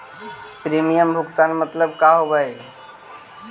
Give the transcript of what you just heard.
Premium भुगतान मतलब का होव हइ?